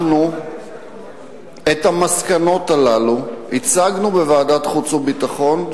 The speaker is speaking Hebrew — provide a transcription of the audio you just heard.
את המסקנות הללו הצגנו בוועדת החוץ והביטחון,